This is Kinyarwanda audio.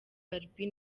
barbie